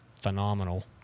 phenomenal